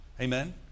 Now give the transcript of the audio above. Amen